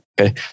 okay